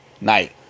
night